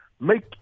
make